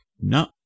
no